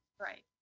Right